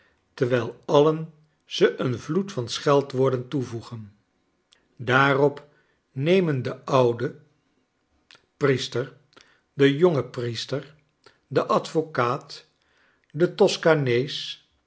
terwijl alien ze een vloed van seheldwoorden toevoegen daarop nemen de oude priester de jonge priester de advocaat de